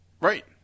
Right